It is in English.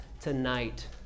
tonight